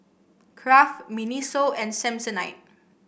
Kraft Miniso and Samsonite